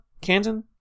Canton